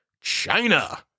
China